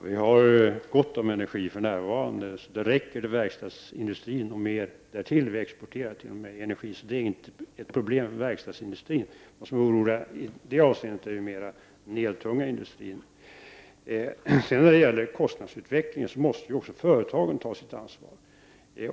Fru talman! För närvarande finns det gott om energi. Den räcker gott till verkstadsindustrin och mer därtill. Vi t.o.m. exporterar energi, så det är inte något problem för verkstadsindustrin. I det avseendet har den eltunga industrin större anledning till oro. När det gäller kostnadsutvecklingen måste också företagen ta sitt ansvar.